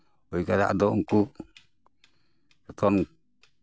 ᱯᱟᱹᱭᱠᱟᱨᱟᱜ ᱫᱚ ᱩᱱᱠᱩ ᱡᱚᱛᱚᱱ